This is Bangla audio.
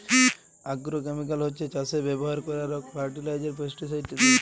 আগ্রোকেমিকাল হছ্যে চাসে ব্যবহার করারক ফার্টিলাইজার, পেস্টিসাইড ইত্যাদি